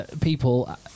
people